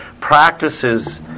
practices